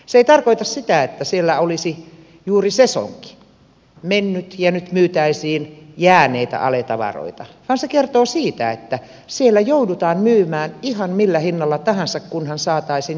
se ei tarkoita sitä että siellä olisi juuri sesonki mennyt ja nyt myytäisiin jääneitä aletavaroita vaan se kertoo siitä että siellä joudutaan myymään ihan millä hinnalla tahansa kunhan saataisiin tavara menemään